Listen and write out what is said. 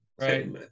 right